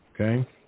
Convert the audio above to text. Okay